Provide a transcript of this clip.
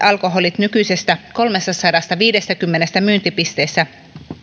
alkoholit nykyisestä kolmestasadastaviidestäkymmenestä myyntipisteestä